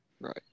Right